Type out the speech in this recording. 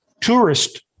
tourist